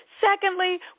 Secondly